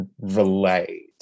relate